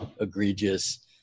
egregious